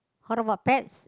how about pets